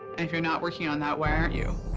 and if you are not working on that, why aren't you?